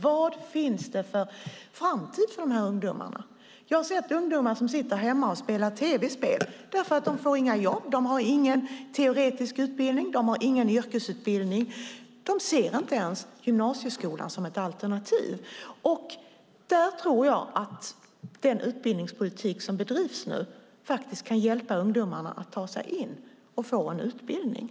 Vad finns det för framtid för dessa ungdomar? Jag har sett ungdomar som sitter hemma och spelar tv-spel därför att de inte får några jobb. De har ingen teoretisk utbildning och ingen yrkesutbildning. De ser inte ens gymnasieskolan som ett alternativ. Jag tror att den utbildningspolitik som nu bedrivs kan hjälpa ungdomarna att ta sig in och få en utbildning.